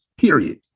period